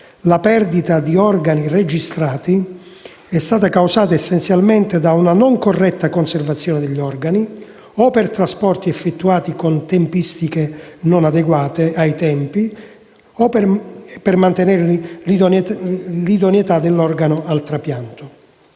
la perdita di organi registrata è stata causata essenzialmente da una non corretta conservazione degli organi o per trasporti effettuati con tempistiche non adeguate ai tempi per mantenere l'idoneità dell'organo al trapianto.